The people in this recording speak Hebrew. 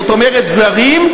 זאת אומרת זרים,